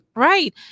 right